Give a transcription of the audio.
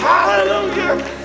Hallelujah